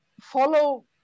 follow